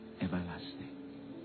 everlasting